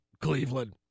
Cleveland